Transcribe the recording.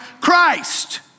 Christ